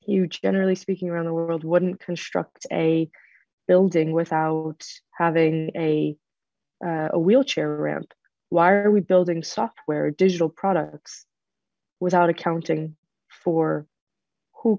you generally speaking around the world wouldn't construct a building without having a wheelchair ramp why are we building software digital products without accounting for who